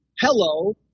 Hello